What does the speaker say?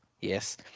yes